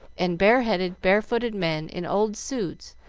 and bareheaded, barefooted men in old suits,